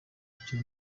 icyo